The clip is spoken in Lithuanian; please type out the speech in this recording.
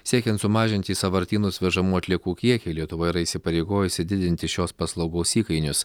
siekiant sumažinti į sąvartynus vežamų atliekų kiekį lietuva yra įsipareigojusi didinti šios paslaugos įkainius